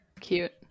Cute